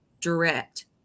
direct